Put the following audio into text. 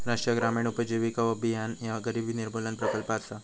राष्ट्रीय ग्रामीण उपजीविका अभियान ह्या गरिबी निर्मूलन प्रकल्प असा